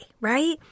right